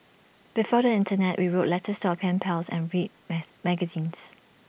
before the Internet we wrote letters to our pen pals and read maze magazines